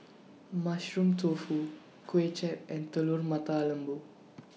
Mushroom Tofu Kuay Chap and Telur Mata Lembu